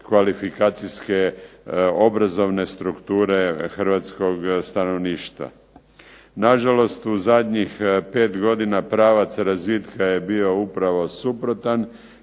kvalifikacijske obrazovne strukture hrvatskog stanovništva. Nažalost, u zadnjih pet godina pravac razvitka je bio upravo suprotan